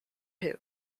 who